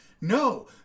No